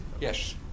Yes